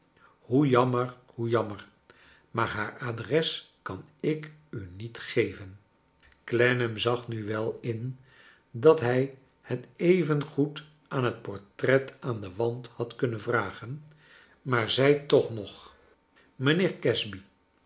hoe jammer hoe jammer maar haar adres kan ik u niet geven clennam zag nu wel in dat hij het even goed aan het portret aan den wand had kunnen vragen maar zei toch nog mijnheer casby